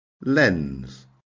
lens